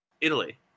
Italy